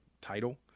title